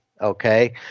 okay